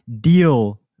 deal